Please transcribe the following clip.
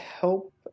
help